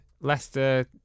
Leicester